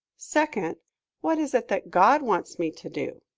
second what is it that god wants me to do?